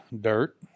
dirt